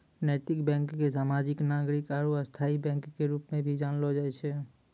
नैतिक बैंक के सामाजिक नागरिक आरू स्थायी बैंक के रूप मे भी जानलो जाय छै